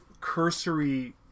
cursory